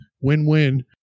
Win-win